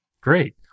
Great